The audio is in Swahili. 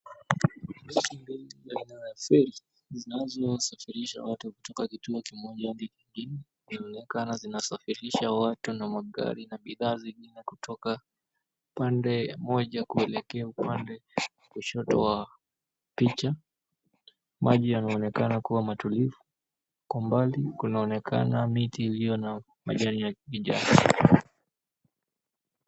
Boti mbili aina za feri zinazosafirisha watu kutoka kimoja hadi kingine zinaonekana zinasafirisha watu na magari na bidhaa zingine kutoka pande moja kuelekea upande wa kushoto wa picha, maji yanaonekana kuwa matulivu. Kwa mbali kunaonekana miti iliyo na majani kya kijani.